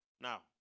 Now